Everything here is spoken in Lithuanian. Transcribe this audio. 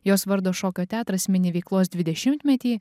jos vardo šokio teatras mini veiklos dvidešimtmetį